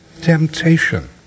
Temptation